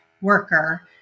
worker